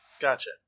Gotcha